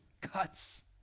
cuts